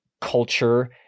culture